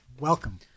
Welcome